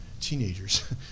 teenagers